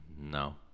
no